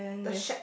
the shack